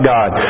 God